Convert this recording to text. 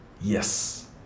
Yes